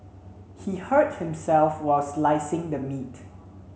he hurt himself while slicing the meat